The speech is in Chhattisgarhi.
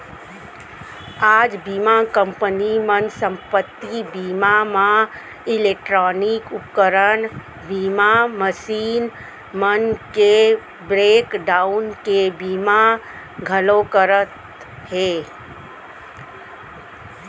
आज बीमा कंपनी मन संपत्ति बीमा म इलेक्टानिक उपकरन बीमा, मसीन मन के ब्रेक डाउन के बीमा घलौ करत हें